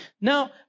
Now